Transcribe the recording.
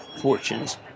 fortunes